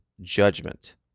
judgment